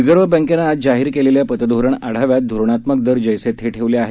reserve बँकेनं आज जाहीर केलेल्या पतधोरण आढाव्यात धोरणात्मक दर जस्तथे ठेवले आहेत